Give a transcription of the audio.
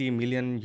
million